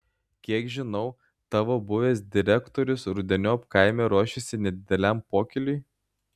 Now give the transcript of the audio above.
kiek žinau tavo buvęs direktorius rudeniop kaime ruošiasi nedideliam pokyliui